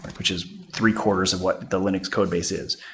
which is three quarters of what the linux codebase is.